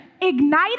ignite